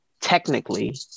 technically